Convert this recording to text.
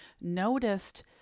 noticed